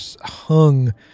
hung